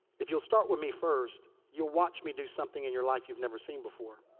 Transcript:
if you'll start with me first, you'll watch me do something in your life you've never seen before.